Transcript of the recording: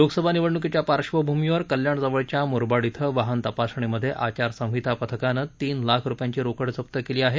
लोकसभा निवडणुकीच्या पार्धभूमीवर कल्याण जवळच्या म्रबाड क्षें वाहन तपासणीमध्ये आचारसंहिता पथकानं तीन लाख रुपयांची रोखड जप्त केली आहे